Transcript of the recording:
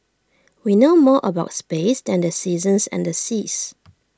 we know more about space than the seasons and the seas